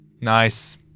Nice